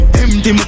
empty